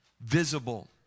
visible